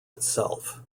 itself